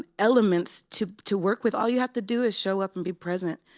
um elements to to work with, all you have to do is show up and be present,